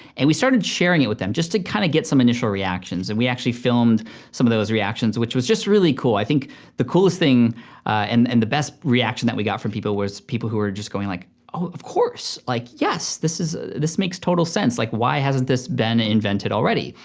and we started sharing it with them just to kinda get some initial reactions. and we actually filmed some of those reactions, which was just really cool. i think the coolest thing and and the best reaction that we got from people was people who were just going like, oh, of course, like yes, this makes totally sense. like why hasn't this been invented already?